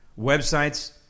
websites